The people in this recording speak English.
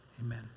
Amen